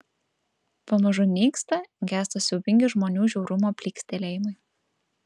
pamažu nyksta gęsta siaubingi žmonių žiaurumo plykstelėjimai